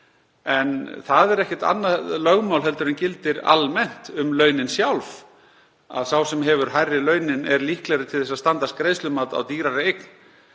En það er ekkert annað lögmál en gildir almennt um launin sjálf. Sá sem hefur hærri laun er líklegri til þess að standast greiðslumat á dýrari eign.